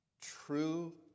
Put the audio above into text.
true